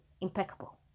Impeccable